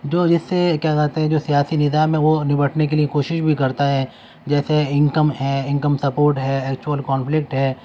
جو جس سے کیا کہتے ہیں جو سیاسی نظام ہے وہ نمٹنے کے لیے کوشش بھی کرتا ہے جیسے انکم ہے انکم سپورٹ ہے ایکچوئل کانفلیکٹ ہے